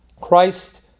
christ